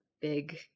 big